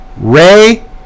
Ray